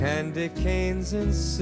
endė neindzins